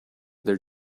their